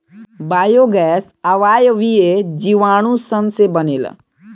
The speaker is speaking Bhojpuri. बायोगैस अवायवीय जीवाणु सन से बनेला